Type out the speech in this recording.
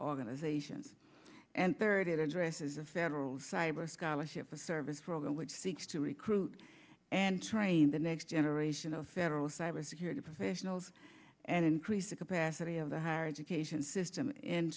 organizations and third it addresses a federal cyber scholarship a service program which seeks to recruit and train the next generation of federal cybersecurity professionals and increase the capacity of the higher education system